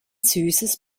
süßes